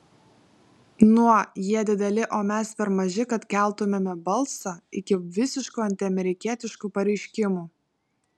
nuo jie dideli o mes per maži kad keltumėme balsą iki visiškų antiamerikietiškų pareiškimų